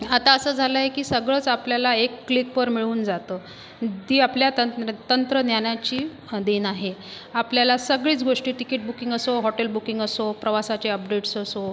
आता असं झालंय की सगळंच आपल्याला एक क्लिकवर मिळून जातं दी आपल्या तंत तंत्रज्ञानाची देन आहे आपल्याला सगळ्याच गोष्टी टिकीट बुकिंग असो हॉटेल बुकिंग असो प्रवासाचे अपडेट्स असो